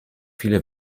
viele